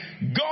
God